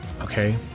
Okay